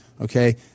Okay